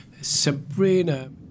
Sabrina